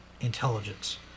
intelligence